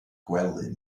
gwely